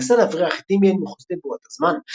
והיא מנסה להבריח את טימי אל מחוץ לבועת הזמן.